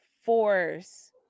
force